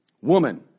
Woman